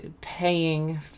paying